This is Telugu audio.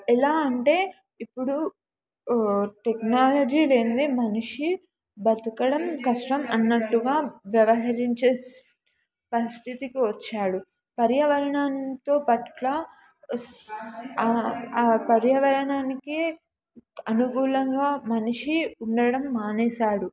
ఎలా అంటే ఇప్పుడు టెక్నాలజీ లేనిదే మనిషి బతకడం కష్టం అన్నట్టుగా వ్యవహరించే పరిస్థితికి వచ్చాడు పర్యావరణం పట్ల పర్యావరణానికి అనుకూలంగా మనిషి ఉండడం మానేసాడు